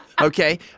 okay